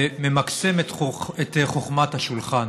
שממקסם את חוכמת השולחן.